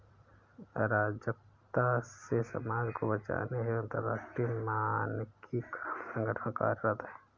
अराजकता से समाज को बचाने हेतु अंतरराष्ट्रीय मानकीकरण संगठन कार्यरत है